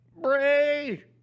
Bray